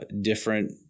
different